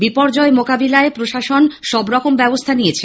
বিপর্যয় মোকাবিলায় প্রশাসন সবরকম ব্যবস্থা নিয়েছে